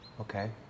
Okay